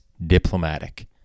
diplomatic